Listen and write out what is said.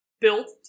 built